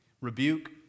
Rebuke